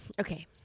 Okay